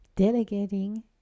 Delegating